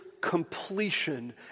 completion